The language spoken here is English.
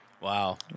Wow